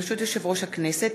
ברשות יושב-ראש הכנסת,